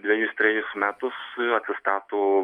dvejus trejus metus atsistato